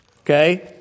Okay